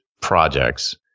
projects